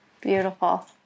Beautiful